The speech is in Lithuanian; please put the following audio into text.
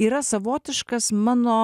yra savotiškas mano